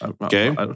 Okay